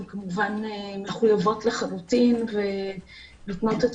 הן כמובן מחויבות לחלוטין ונותנות את